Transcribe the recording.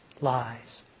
lies